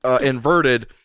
inverted